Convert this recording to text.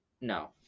no